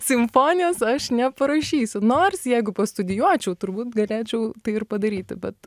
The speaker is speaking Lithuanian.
simfonijos aš neparašysiu nors jeigu pastudijuočiau turbūt galėčiau tai ir padaryti bet